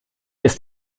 ist